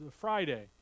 Friday